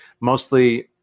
mostly